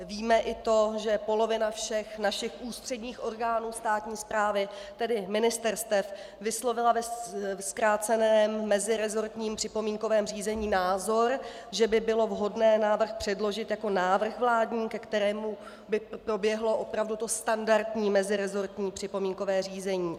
Víme i to, že polovina všech našich ústředních orgánů státní správy, tedy ministerstev, vyslovila ve zkráceném meziresortním připomínkovém řízení názor, že by bylo vhodné návrh předložit jako vládní návrh, ke kterému by proběhlo opravdu to standardní meziresortní připomínkové řízení.